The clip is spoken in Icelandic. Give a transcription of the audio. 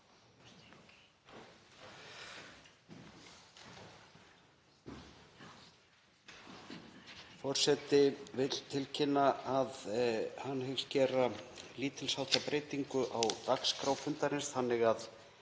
Forseti vill tilkynna að hann hyggst gera lítils háttar breytingu á dagskrá fundarins þannig að